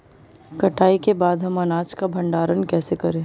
कटाई के बाद हम अनाज का भंडारण कैसे करें?